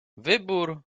wybór